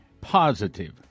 positive